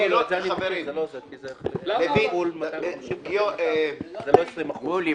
חברים, לויט --- מולי,